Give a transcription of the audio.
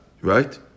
Right